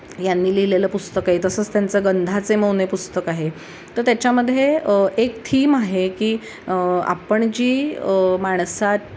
यांनी लिहिलेलं पुस्तक आहे तसंच त्यांचं गंधाचे मौन हे पुस्तक आहे तर त्याच्यामध्ये एक थीम आहे की आपण जी माणसा